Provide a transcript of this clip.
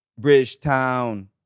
Bridgetown